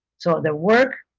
so the work,